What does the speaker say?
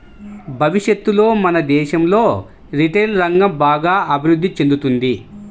భవిష్యత్తులో మన దేశంలో రిటైల్ రంగం బాగా అభిరుద్ధి చెందుతుంది